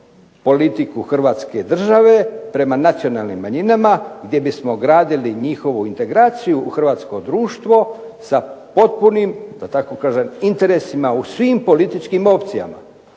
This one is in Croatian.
politiku Hrvatske države prema nacionalnim manjinama gdje bismo gradili njihovu integraciju u Hrvatsko društvo sa potpunim interesima u svim političkim opcijama